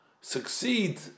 succeed